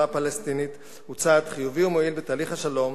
הפלסטינית הוא צעד חיובי ומועיל לתהליך השלום